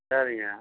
சரிங்க